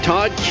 Todd